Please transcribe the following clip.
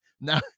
Now